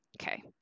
okay